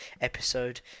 episode